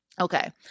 Okay